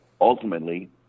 ultimately